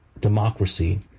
democracy